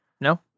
No